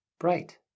bright